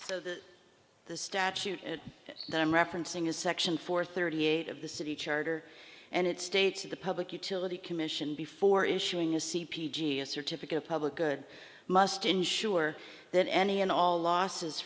so the the statute that i'm referencing is section four thirty eight of the city charter and it states to the public utility commission before issuing a c p g a certificate of public good must ensure that any and all losses